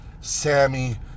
Sammy